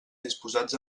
disposats